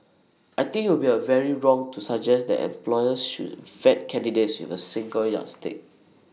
I think IT would be A very wrong to suggest that employers should vet candidates with A single yardstick